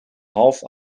half